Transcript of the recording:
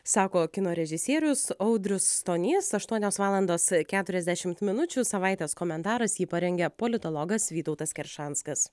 sako kino režisierius audrius stonys aštuonios valandos keturiasdešimt minučių savaitės komentaras jį parengė politologas vytautas keršanskas